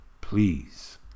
Please